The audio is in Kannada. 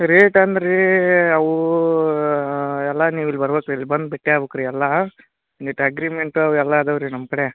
ರೇಟ್ ಅಂದ್ರೆ ರೀ ಅವು ಎಲ್ಲ ನೀವು ಇಲ್ಲಿ ಬರ್ಬೇಕು ಇಲ್ಲಿ ಬಂದು ಬೆಟ್ಟಿ ಆಗ್ಬೇಕ್ ರೀ ಎಲ್ಲ ವಿತ್ ಅಗ್ರೀಮೆಂಟು ಅದು ಎಲ್ಲ ಇದಾವೆ ರೀ ನಮ್ಮ ಕಡೆ